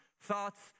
thoughts